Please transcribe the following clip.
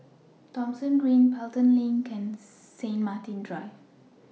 Thomson Green Pelton LINK and St Martin's Drive